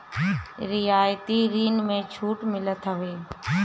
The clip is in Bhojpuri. रियायती ऋण में छूट मिलत हवे